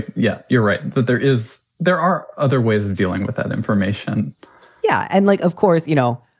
yeah, you're right that there is there are other ways of dealing with that information yeah. and like of course, you know,